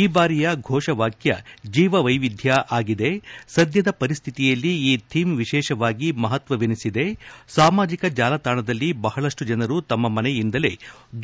ಈ ಬಾರಿಯ ಫೋಷವಾಕ್ಯ ಜೀವ ವೈವಿಧ್ಯ ಆಗಿದೆ ಸದ್ಯದ ಪರಿಸ್ತಿತಿಯಲ್ಲಿ ಈ ಥೀಮ್ ವಿಶೇಷವಾಗಿ ಮಹತ್ವವೆನಿಸಿದೆ ಸಾಮಾಜಿಕ ಜಾಲತಾಣದಲ್ಲಿ ಬಹಳಷ್ಟು ಜನರು ತಮ್ಮ ಮನೆಯಿಂದಲೇ